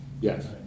Yes